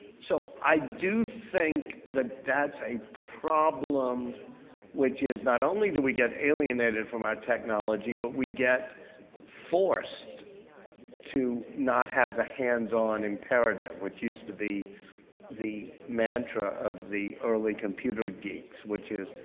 so i do think that that's a problem which is not only do we get alienated from our technology, but we get forced to not have the hands-on imperative which used to be the mantra of the early computer geeks. which is,